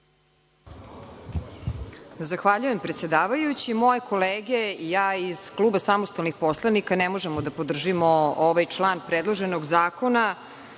Zahvaljujem predsedavajući. Moje kolege i ja iz kluba samostalnih poslanika ne možemo da podržimo ovaj član predloženog zakona